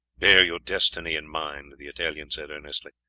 bear your destiny in mind, the italian said earnestly,